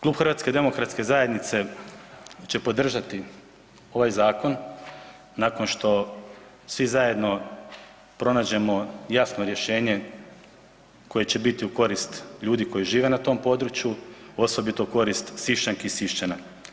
Klub HDZ-a će podržati ovaj zakon nakon što svi zajedno pronađemo jasno rješenje koje će biti u korist ljudi koji žive na tom području osobito u korist Siščanki i Siščana.